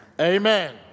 Amen